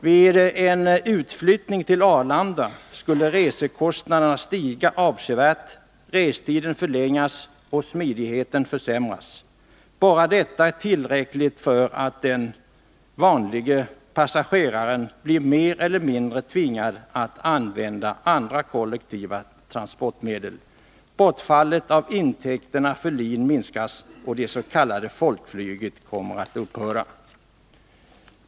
Vid en utflyttning till Arlanda skulle resekostnaderna stiga avsevärt, restiden förlängas och smidigheten försämras. Bara detta är tillräckligt för att den ”vanlige” passageraren blir mer eller mindre tvingad att använda andra kollektiva transportmedel. Intäkterna för LIN skulle då minska och det s.k. folkflyget upphöra.